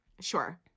Sure